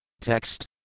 Text